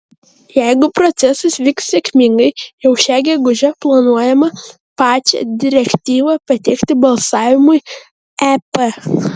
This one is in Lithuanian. jeigu procesas vyks sėkmingai jau šią gegužę planuojama pačią direktyvą pateikti balsavimui ep